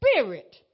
Spirit